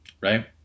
right